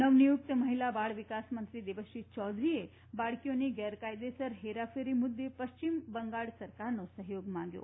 નવ નિયુક્ત મહિલા બાળ વિકાસ મંત્રી દેબશ્રી ચૌધરીએ બાળકીઓની ગેરકાયદેસર હેરાફેરી મુદ્દે પશ્ચિમ બંગાળ સરકારનો સહયોગ માંગ્યો